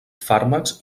fàrmacs